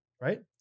right